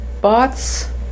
bots